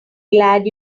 glad